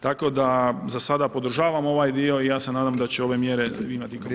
Tako da za sada podržavamo ovaj dio i ja se nadam da će ove mjere imati ... učinke.